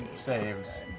saves.